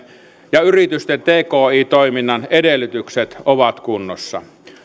ja yritysten tki toiminnan edellytykset ovat kunnossa